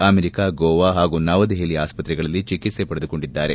America Goa ಹಾಗೂ ನವದೆಹಲಿಯ ಆಸ್ಪತ್ರೆಗಳಲ್ಲಿ ಚಿಕಿತ್ಸೆ ಪಡೆದುಕೊಂಡಿದ್ದಾರೆ